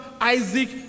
Isaac